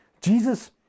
Jesus